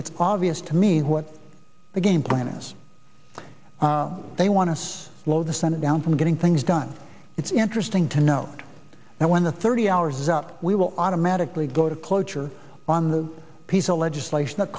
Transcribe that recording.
it's obvious to me what the game plan is they want us low the senate down from getting things done it's interesting to note that when the thirty hours out we will automatically go to cloture on the piece of legislation that